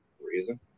reason